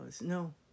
No